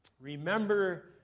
Remember